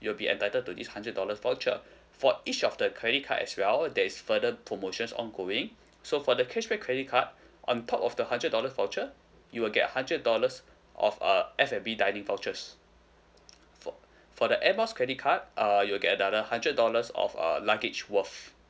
you will be entitled to this hundred dollars voucher for each of the credit card as well there is further promotions ongoing so for the cashback credit card on top of the hundred dollars voucher you will get hundred dollars of a F&B dining vouchers for for the Air Miles credit card uh you will get another hundred dollars of a luggage worth